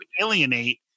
alienate